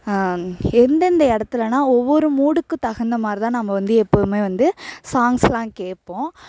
எந்தெந்த இடத்துலனா ஒவ்வொரு மூடுக்குத் தகுந்தமாரிதான் நம்ம வந்து எப்போதுமே வந்து சாங்க்ஸ் எல்லாம் கேட்போம்